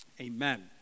Amen